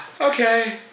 okay